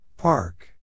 Park